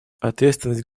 ответственность